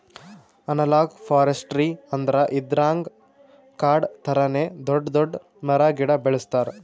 analogue forestry ಅಂದ್ರ ಇದ್ರಾಗ್ ಕಾಡ್ ಥರಾನೇ ದೊಡ್ಡ್ ದೊಡ್ಡ್ ಮರ ಗಿಡ ಬೆಳಸ್ತಾರ್